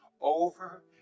over